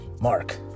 Mark